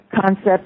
concept